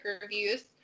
reviews